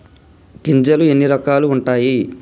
గింజలు ఎన్ని రకాలు ఉంటాయి?